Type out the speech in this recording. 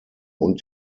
und